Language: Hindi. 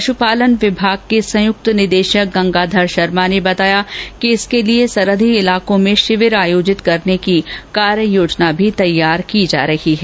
पश्पालन विभाग के संयुक्त निदेशक गंगाधर शर्मा ने बताया कि इसके लिए सरहदी इलाकों में शिविर आयोजित करने की कार्य योजना तैयार की जा रही है